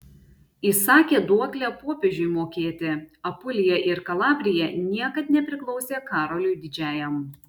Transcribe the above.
įsakė duoklę popiežiui mokėti apulija ir kalabrija niekad nepriklausė karoliui didžiajam